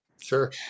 Sure